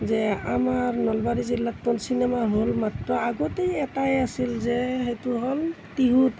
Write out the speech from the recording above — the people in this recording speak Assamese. যে আমাৰ নলবাৰী জিলাততো চিনেমা হল মাত্ৰ আগতেই এটাই আছিল যে সেইটো হ'ল টিহুত